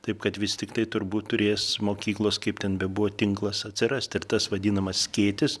taip kad vis tiktai turbūt turės mokyklos kaip ten bebuvo tinklas atsirast ir tas vadinamas skėtis